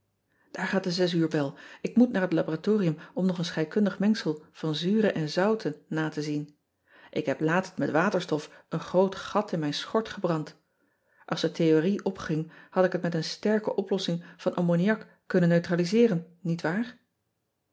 aar gaat de zes uur bel k moet naar het laboratorium om nog een scheikundig mengsel van zuren en zouten na te zien k heb laatst met aterstof een groot gat in mijn schort gebrand ls de theorie opging had ik het met een sterke oplossing van moniak kunnen neutraliseeren niet waar